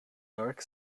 dark